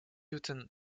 hüten